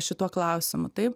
šituo klausimu tai